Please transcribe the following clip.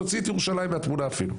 תוציא את ירושלים מהתמונה אפילו,